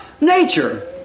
Nature